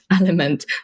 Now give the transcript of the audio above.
element